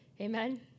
Amen